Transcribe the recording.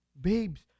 babes